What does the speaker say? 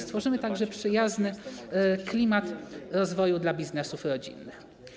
Stworzymy także przyjazny klimat dla rozwoju biznesów rodzinnych.